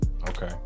Okay